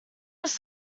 was